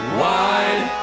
wide